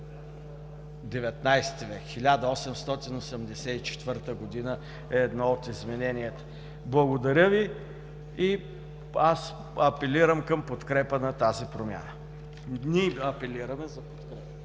– от 1884 г. е едно от измененията. Благодаря Ви и аз апелирам към подкрепа на тази промяна. Ние апелираме за подкрепа.